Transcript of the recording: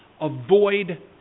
avoid